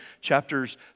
chapters